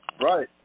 Right